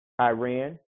Iran